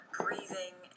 breathing